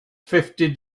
fifty